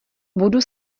budu